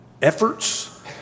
efforts